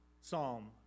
Psalm